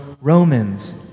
Romans